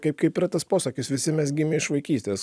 kaip kaip yra tas posakis visi mes gimę iš vaikystės